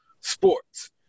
sports